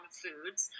foods